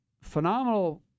phenomenal